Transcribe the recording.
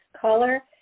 caller